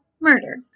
murder